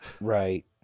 Right